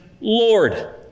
Lord